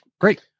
great